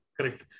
correct